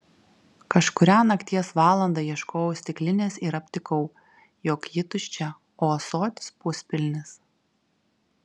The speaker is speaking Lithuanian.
kažkurią nakties valandą ieškojau stiklinės ir aptikau jog ji tuščia o ąsotis puspilnis